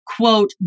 quote